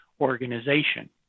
organization